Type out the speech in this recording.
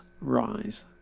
Rise